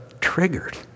triggered